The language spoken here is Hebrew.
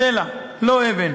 סלע, לא אבן,